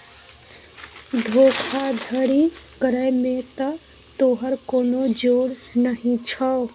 धोखाधड़ी करय मे त तोहर कोनो जोर नहि छौ